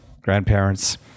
grandparents